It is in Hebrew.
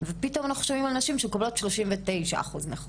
ופתאום אנחנו שומעים על נשים שמקבלות 39 אחוז נכות,